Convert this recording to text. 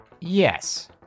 Yes